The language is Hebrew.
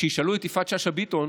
שישאלו את יפעת שאשא ביטון.